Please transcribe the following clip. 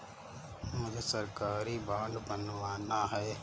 मुझे सरकारी बॉन्ड बनवाना है